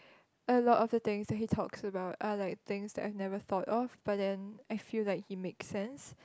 a lot of the things that he talks about are like things that I've never thought of but then I feel like he makes sense